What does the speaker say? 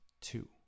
two